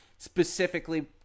specifically